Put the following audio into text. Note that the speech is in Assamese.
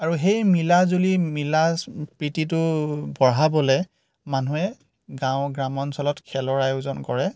আৰু সেই মিলা জুলি মিলা প্ৰীতিটো বঢ়াবলৈ মানুহে গাঁৱৰ গ্ৰাম্যঞ্চলত খেলৰ আয়োজন কৰে